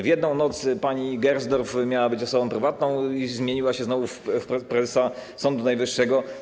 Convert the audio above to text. W jedną noc pani Gersdorf, która miała być osobą prywatą, zmieniła się znowu w prezesa Sądu Najwyższego.